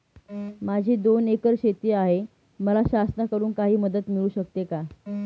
माझी दोन एकर शेती आहे, मला शासनाकडून काही मदत मिळू शकते का?